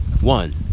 One